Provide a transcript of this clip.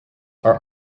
are